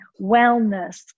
wellness